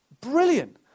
Brilliant